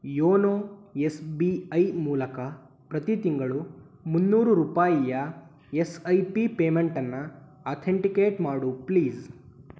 YONO S B I ಮೂಲಕ ಪ್ರತಿ ತಿಂಗಳು ಮುನ್ನೂರು ರೂಪಾಯಿಯ ಎಸ್ ಐ ಪಿ ಪೇಮೆಂಟನ್ನ ಅಥೆಂಟಿಕೇಟ್ ಮಾಡು ಪ್ಲೀಸ್